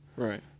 Right